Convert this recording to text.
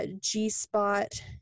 G-spot